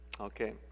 Okay